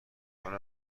کار